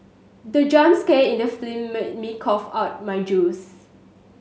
the jump scare in the film made me cough out my juice